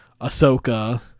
Ahsoka